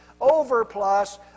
overplus